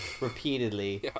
repeatedly